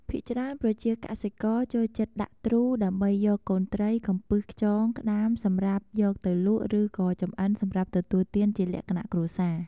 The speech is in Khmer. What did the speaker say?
ភាគច្រើនប្រជាកសិករចូលចិត្តដាក់ទ្រូដើម្បីយកកូនត្រី កំពឹស ខ្យង ក្តាមសម្រាប់យកទៅលក់ឬក៏ចម្អិនសម្រាប់ទទួលទានជាលក្ខណៈគ្រួសារ។